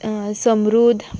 समृध